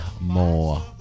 more